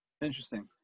Interesting